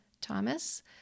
Thomas